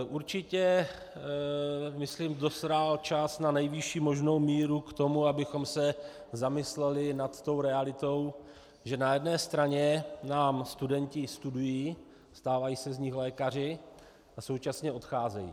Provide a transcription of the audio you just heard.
Určitě myslím dozrál čas na nejvyšší možnou míru k tomu, abychom se zamysleli nad realitou, že na jedné straně nám studenti studují, stávají se z nich lékaři a současně odcházejí.